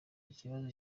ikibazo